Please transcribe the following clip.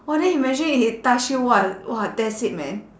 !wah! then imagine it touch you !wah! !wah! that's it [man]